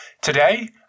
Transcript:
Today